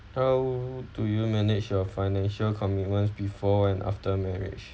how do you manage your financial commitments before and after marriage